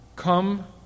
Come